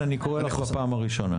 רייטן, אני קורא לך בפעם הראשונה.